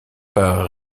par